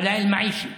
(אומר בערבית: יוקר המחיה.)